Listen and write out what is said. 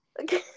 Okay